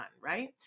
right